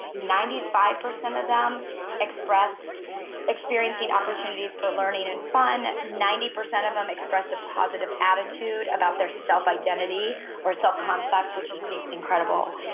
ninety five percent of them expressed experiencing opportunities for learning and fun, ninety percent of them expressed a positive attitude about their self-identity or self-concept, which is just incredible.